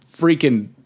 freaking